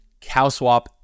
CowSwap